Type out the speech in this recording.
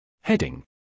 Heading